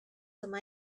some